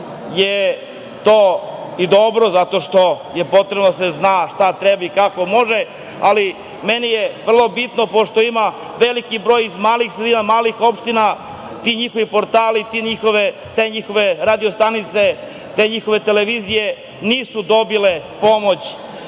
je to i dobro, zato što je potrebno da se zna šta treba i kako može, ali meni je vrlo bitno, pošto ima veliki broj iz malih sredina, malih opština, ti njihovi portali, te njihove radio stanice, te njihove televizije nisu dobile pomoć